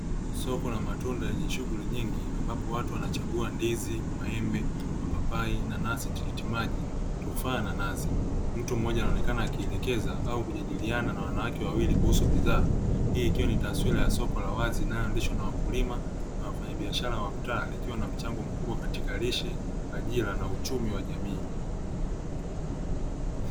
Soko la matunda yenye shughuli nyingi ambapo watu wanachagua ndizi, maembe, mapapai, nanasi, tikiti maji, tufaa na nazi. Mtu mmoja anaonekana akielekeza au kujadiliana na wanawake wawili kuhusu bidhaa hii ikiwa ni taswira ya soko la wazi linaloendeshwa na wakulima na wafanyabiashara wa mtaa, likiwa na mchango mkubwa katika lishe ajira na uchumi wa jamii.